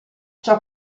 ciò